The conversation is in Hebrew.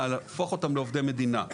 להפוך אותם לעובדי מדינה.